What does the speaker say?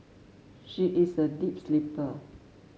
she is a deep sleeper